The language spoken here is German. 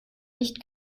nicht